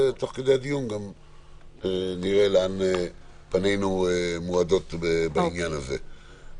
ותוך כדי דיון נראה לאן פנינו מועדות בעניין הזה.